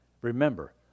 Remember